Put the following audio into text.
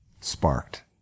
sparked